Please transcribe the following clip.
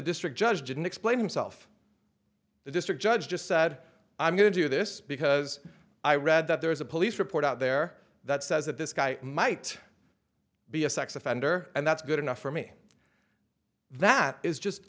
district judge didn't explain himself the district judge just said i'm going to do this because i read that there is a police report out there that says that this guy might be a sex offender and that's good enough for me that is just